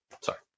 Sorry